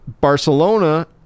Barcelona